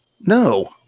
No